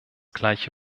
gleiche